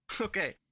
Okay